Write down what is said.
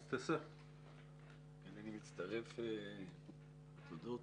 אני מצטרף לתודות.